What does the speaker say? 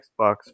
Xbox